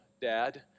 dad